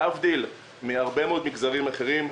להבדיל מהרבה מאוד מגזרים אחרים,